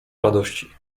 radości